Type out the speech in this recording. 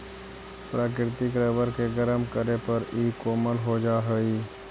प्राकृतिक रबर के गरम करे पर इ कोमल हो जा हई